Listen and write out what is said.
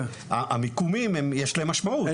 המיקומים יש להם משמעות,